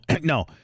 no